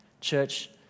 Church